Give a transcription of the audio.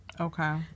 Okay